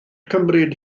cymryd